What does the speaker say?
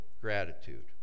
gratitude